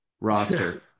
roster